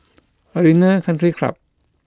Arena Country Club